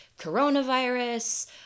coronavirus